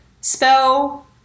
spell